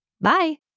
Bye